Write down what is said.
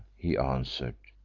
he answered,